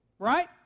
Right